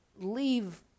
leave